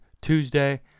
Tuesday